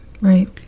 right